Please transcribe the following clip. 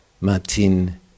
Martin